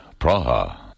Praha